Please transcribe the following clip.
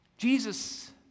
Jesus